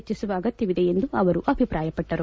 ಹೆಚ್ಚಿಸುವ ಅಗತ್ಯವಿದೆ ಎಂದು ಅವರು ಅಭಿಪ್ರಾಯಪಟ್ಟರು